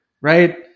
right